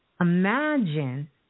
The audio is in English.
Imagine